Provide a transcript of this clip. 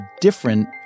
different